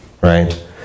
right